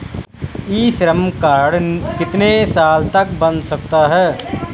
ई Shram card कितने साल तक बन सकता है?